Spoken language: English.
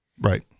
Right